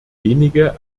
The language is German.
wenige